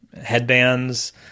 headbands